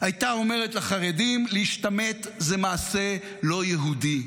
הייתה אומרת לחרדים: להשתמט זה מעשה לא יהודי.